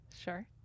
Sure